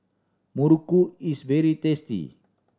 muruku is very tasty